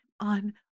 on